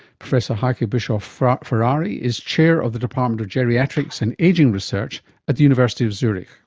professor heike bischoff-ferrari is chair of the department of geriatrics and ageing research at the university of zurich.